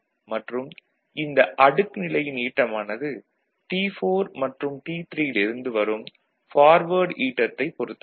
மற்றும் இந்த அடுக்கு நிலையின் ஈட்டமானது T4 மற்றும் T3 இல் இருந்து வரும் பார்வேர்டு ஈட்டத்தைப் பொறுத்தது